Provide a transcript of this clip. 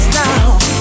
now